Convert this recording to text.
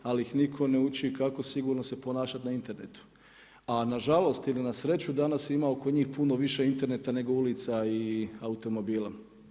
Ali ih nitko ne uči kako sigurno se ponašati na internetu, a na žalost ili na sreću danas ima oko njih puno više interneta nego ulica i automobila.